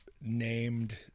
named